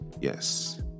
Yes